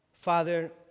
Father